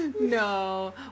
No